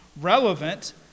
relevant